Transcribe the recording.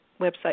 website